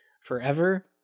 forever